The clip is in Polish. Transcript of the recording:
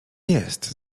jest